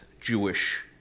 Jewish